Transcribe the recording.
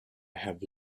have